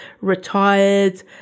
retired